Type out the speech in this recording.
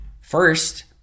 First